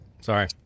Sorry